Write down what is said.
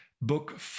book